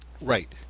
Right